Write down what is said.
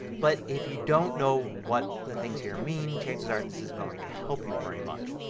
but if you don't know what the things here mean chances are this isn't going to help you very much.